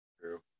True